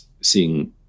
seeing